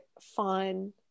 fun